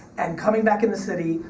and coming back in the city,